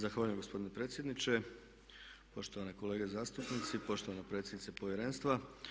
Zahvaljujem gospodine predsjedniče, poštovane kolege zastupnici, poštovan predsjednice Povjerenstva.